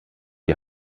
die